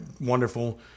wonderful